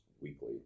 weekly